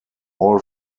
all